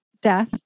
death